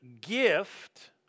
gift